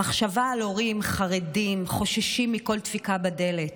המחשבה על הורים חרדים, חוששים מכל דפיקה בדלת,